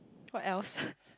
what else